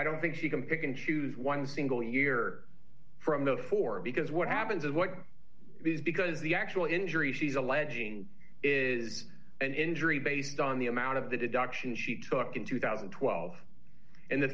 i don't think she can pick and choose one single year from the four because what happens is what it is because the actual injury she's alleging is an injury based on the amount of the deduction she took in two thousand and twelve and the